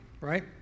right